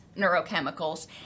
neurochemicals